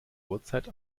uhrzeit